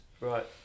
Right